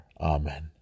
Amen